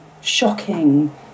shocking